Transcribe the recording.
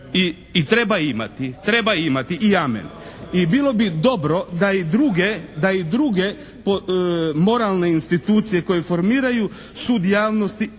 da ima, i treba imati i amen. I bilo bi dobro da i druge moralne institucije koje formiraju sud javnosti